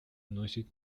носит